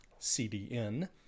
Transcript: CDN